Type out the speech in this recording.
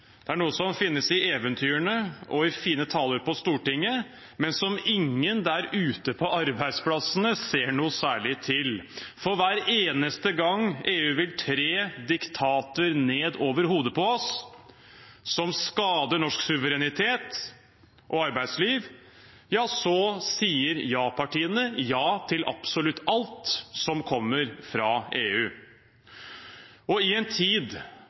Det er noe som finnes i eventyrene og i fine taler på Stortinget, men som ingen der ute på arbeidsplassene ser noe særlig til. Hver eneste gang EU vil tre diktater nedover hodet på oss, som skader norsk suverenitet og arbeidsliv, sier ja-partiene ja til absolutt alt som kommer fra EU. I en tid